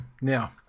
Now